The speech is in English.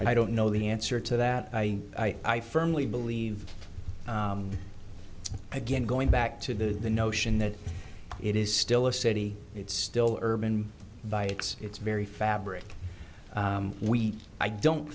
s i don't know the answer to that i i firmly believe again going back to the notion that it is still a city it's still urban bikes it's very fabric we i don't